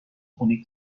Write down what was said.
خونه